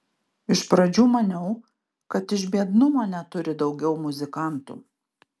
iš pradžių maniau kad iš biednumo neturi daugiau muzikantų